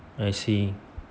I see